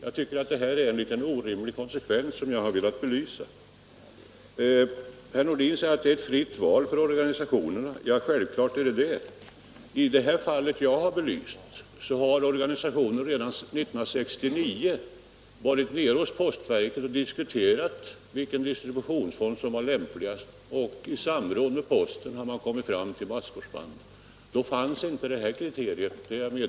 Jag tycker att det är en orimlig konsekvens, som jag har velat belysa. Herr Nordin säger att det är ett fritt val för organisationerna, och självklart är det så. I det fall som jag belyste diskuterade organisationen redan 1969 med postverket vilken distributionsform som var lämpligast. I samråd med postverket kom man fram till masskorsband. Jag är medveten om att dagens kriterium inte fanns då.